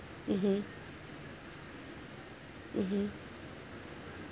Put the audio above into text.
mmhmm mmhmm